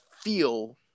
feel